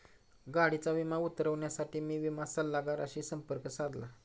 गाडीचा विमा उतरवण्यासाठी मी विमा सल्लागाराशी संपर्क साधला